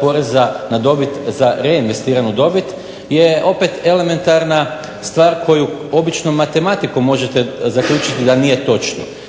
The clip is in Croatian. poreza na dobit za reinvestiranu dobit je opet elementarna stvar koju običnom matematikom možete zaključiti da nije točno.